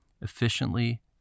efficiently